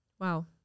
Wow